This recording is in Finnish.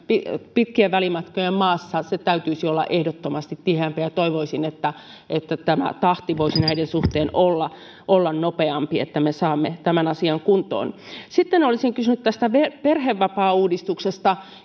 pitkien välimatkojen maassa sen täytyisi olla ehdottomasti tiheämpi toivoisin että että tämä tahti voisi näiden suhteen olla olla nopeampi että me saamme tämän asian kuntoon sitten olisin kysynyt tästä perhevapaauudistuksesta